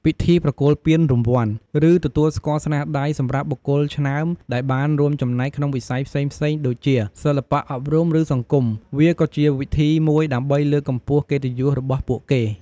ពិធីប្រគល់ពានរង្វាន់ ឬទទួលស្គាល់ស្នាដៃសម្រាប់បុគ្គលឆ្នើមដែលបានរួមចំណែកក្នុងវិស័យផ្សេងៗដូចជា សិល្បៈ អប់រំ ឬសង្គម វាក៏ជាវិធីមួយដើម្បីលើកកម្ពស់កិត្តិយសរបស់ពួកគេ។